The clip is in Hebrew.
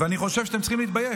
ואני חושב שאתם צריכים להתבייש.